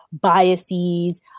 biases